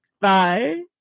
Bye